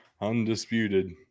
Undisputed